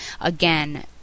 Again